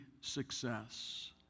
success